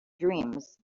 dreams